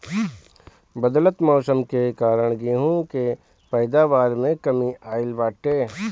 बदलत मौसम के कारण गेंहू के पैदावार में कमी आइल बाटे